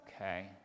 okay